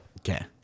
Okay